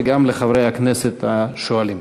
וגם לחברי הכנסת השואלים.